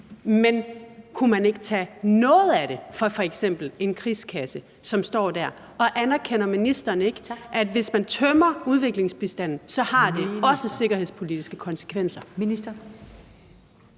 men kunne man ikke tage noget af det fra f.eks. en krigskasse, som står der, og anerkender ministeren ikke, at hvis man tømmer udviklingsbistanden, har det også sikkerhedspolitiske konsekvenser?